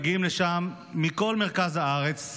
מגיעים לשם מכל מרכז הארץ,